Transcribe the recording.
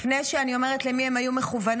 לפני שאני אומרת למי הן היו מכוונות,